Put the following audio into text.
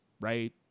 right